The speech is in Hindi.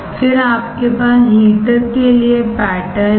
फिर आपके पास हीटर के लिए पैटर्न है